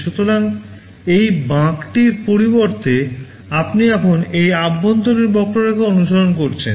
সুতরাং এই বাঁকটির পরিবর্তে আপনি এখন এই অভ্যন্তরীণ বক্ররেখা অনুসরণ করছেন